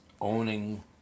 owning